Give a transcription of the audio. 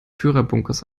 führerbunkers